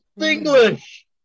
English